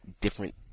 different